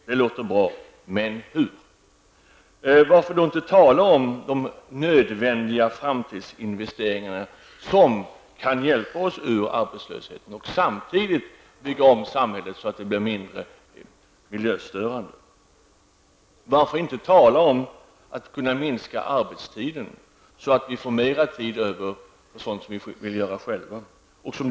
Det låter bra. Men hur skall det gå till? Varför kan man då inte tala om de nödvändiga framtidsinvesteringarna som kan hjälpa oss ur arbetslösheten och samtidigt bygga om samhället så att det blir mindre miljöstörande? Varför kan man inte tala om att minska arbetstiden så att vi får mera tid över för sådant som vi själva vill göra?